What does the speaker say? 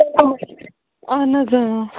اہن حظ